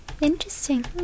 Interesting